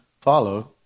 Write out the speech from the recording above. follow